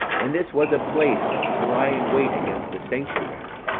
and this was a place to lie in wait against the sanctuary,